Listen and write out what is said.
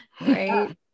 Right